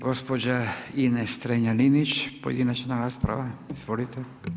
Gospođa Ines Strenja-Linić pojedinačna rasprava, izvolite.